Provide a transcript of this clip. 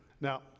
Now